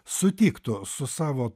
sutiktų su savo